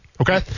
okay